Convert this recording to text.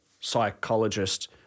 psychologist